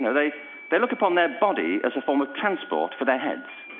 and they they look upon their body as a form of transport for their heads.